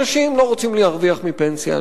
אנשים לא רוצים להרוויח מפנסיה,